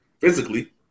physically